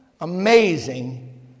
amazing